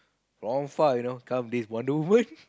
from far you know come this Wonder Woman